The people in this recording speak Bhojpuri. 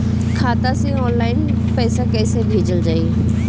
खाता से ऑनलाइन पैसा कईसे भेजल जाई?